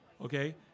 okay